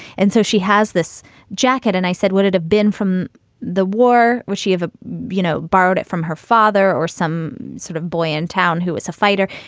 and so she has this jacket. and i said what it have been from the war where she have, ah you know, borrowed it from her father or some sort of boy in town who is a fighter.